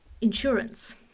insurance